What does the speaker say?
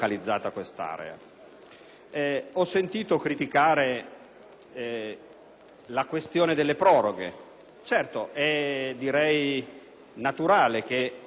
Ho sentito criticare la questione delle proroghe. Certo, è naturale che in quest'Aula si